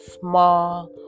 small